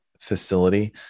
facility